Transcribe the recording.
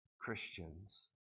Christians